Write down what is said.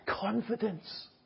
confidence